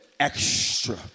extra